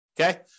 Okay